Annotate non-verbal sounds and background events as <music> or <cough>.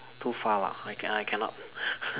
too far lah I I cannot <laughs>